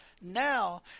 now